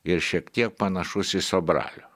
ir šiek tiek panašus į sobralio